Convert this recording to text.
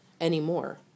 anymore